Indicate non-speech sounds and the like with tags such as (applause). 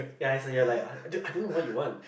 ya it's like you're like I (noise) I don't know what you want